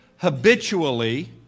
habitually